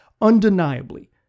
Undeniably